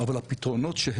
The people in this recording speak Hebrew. ההודעה בכתב לא הייתה ברורה.